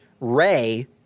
Ray